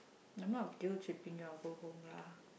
I'm not guilt tripping you I'll go home lah